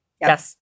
Yes